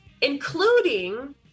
including